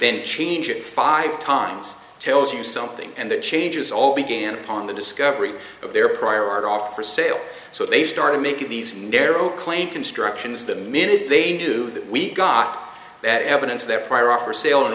then change it five times tells you something and that changes all began upon the discovery of their prior art off for sale so they started making these narrow claim constructions the minute they knew that we got that evidence of their prior art for sale in